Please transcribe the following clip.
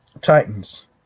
Titans